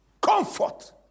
comfort